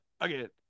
again